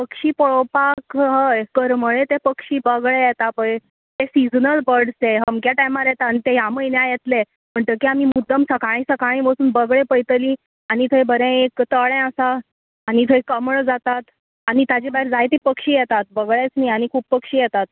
पक्षी पळोवपाक हय करमळी ते पक्षी बगळे येता पळय ते सिजनल बर्ड ते अमक्या टायमार येता आनी ते ह्या म्हयन्या येतले म्हणटकी आमी मुद्दम सकाळी सकाळी वचून बगळे पयतली आनी थंय बरें एक तळें आसा आनी थंय कमळ जातात आनी ताजें भायर जायतीं पक्षीं येतात बगळेंच न्ही आनी खूब पक्षीं येतात